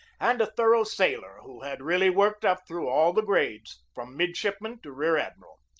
and a thorough sailor who had really worked up through all the grades from midshipman to rear-admiral.